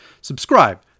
Subscribe